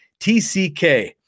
TCK